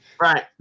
Right